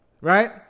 right